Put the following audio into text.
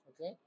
Okay